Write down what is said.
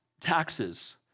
taxes